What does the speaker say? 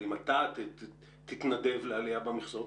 אבל אם אתה תתנדב לעלייה במכסות,